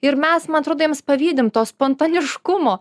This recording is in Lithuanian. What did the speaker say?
ir mes man atrodo jiems pavydim to spontaniškumo